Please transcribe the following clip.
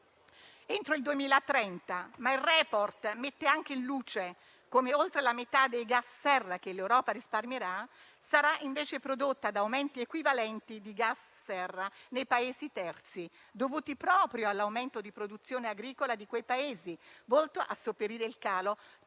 entro il 2030, ma il *report* mette anche in luce come oltre la metà dei gas serra che l'Europa risparmierà sarà invece prodotta da aumenti equivalenti di gas serra nei Paesi terzi, dovuti proprio all'aumento di produzione agricola di quei Paesi, volto a sopperire al calo